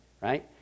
Right